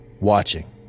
watching